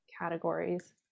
categories